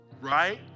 right